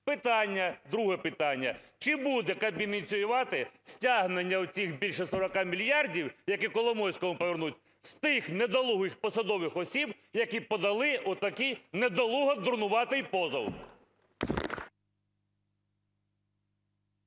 Питання, друге питання: чи буде Кабмін ініціювати стягнення оцих більше 40 мільярдів, які Коломойському повернуть, з тих недолугих посадових осіб, які подали отакий недолуго-дурнуватий позов?